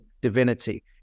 divinity